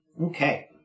Okay